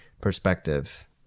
perspective